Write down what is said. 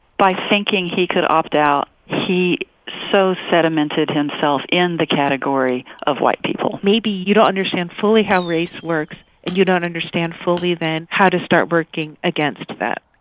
by thinking he could opt out, he so sedimented himself in the category of white people. maybe you don't understand fully how race works, and you don't understand fully then how to start working against that